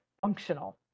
functional